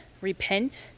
Repent